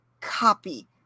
copy